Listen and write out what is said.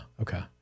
Okay